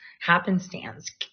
happenstance